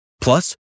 Plus